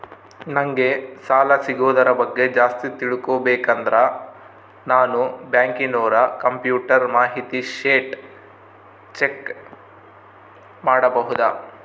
ನಂಗೆ ಸಾಲ ಸಿಗೋದರ ಬಗ್ಗೆ ಜಾಸ್ತಿ ತಿಳಕೋಬೇಕಂದ್ರ ನಾನು ಬ್ಯಾಂಕಿನೋರ ಕಂಪ್ಯೂಟರ್ ಮಾಹಿತಿ ಶೇಟ್ ಚೆಕ್ ಮಾಡಬಹುದಾ?